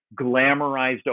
glamorized